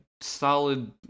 solid